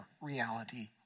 reality